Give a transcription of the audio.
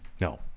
No